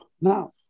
Now